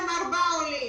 מימנו לכם ארבעה עולים.